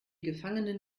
gefangenen